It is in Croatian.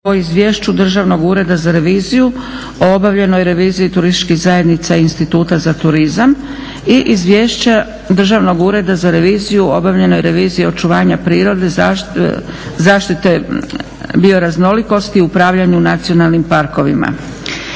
- Izvješće Državnog ureda za reviziju o obavljenoj reviziji turističkih zajednica i Instituta za turizam - Izvješće Državnog ureda za reviziju o obavljenoj reviziji očuvanja prirode, zaštite bioraznolikosti i upravljanju u nacionalnim parkovima